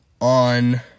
on